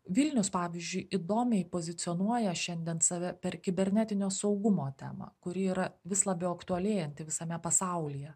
vilnius pavyzdžiui įdomiai pozicionuoja šiandien save per kibernetinio saugumo temą kuri yra vis labiau aktualėjanti visame pasaulyje